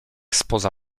spoza